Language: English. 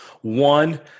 One